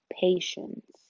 patience